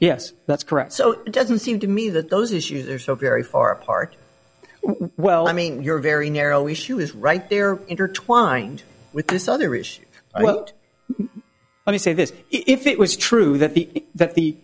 s that's correct so it doesn't seem to me that those issues are so very far apart well i mean you're very narrow issue is right there intertwined with this other issue i wrote let me say this if it was true that the that the